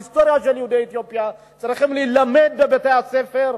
ההיסטוריה של יהודי אתיופיה צריכים להילמד בבתי-הספר,